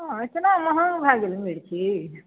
हँ एतना महँग भए गेलै मिर्ची